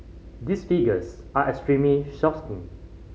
these figures are extremely